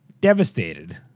devastated